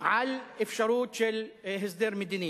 על אפשרות של הסדר מדיני,